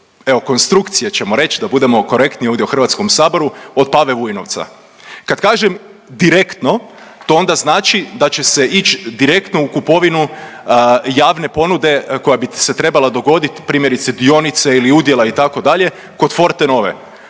evo konstrukcije ćemo reć da budemo korektni ovdje u HS od Pave Vujnovca. Kad kažem direktno, to onda znači da će se ić direktno u kupovinu javne ponude koja bi se trebala dogodit, primjerice dionice ili udjela itd. kod Fortenove.